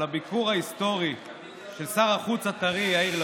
הביקור ההיסטורי של שר החוץ הטרי יאיר לפיד,